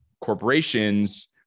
corporations